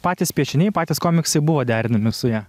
patys piešiniai patys komiksai buvo derinami su ja